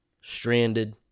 stranded